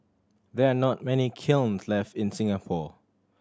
there are not many kilns left in Singapore